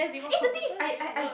eh the thing is I I I